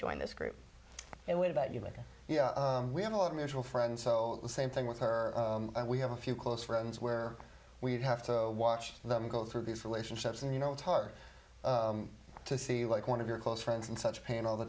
joined this group and what about you michael we have a lot of mutual friends so the same thing with her we have a few close friends where we'd have to watch them go through these relationships and you know it's hard to see like one of your close friends and such pain all the